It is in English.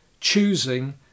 choosing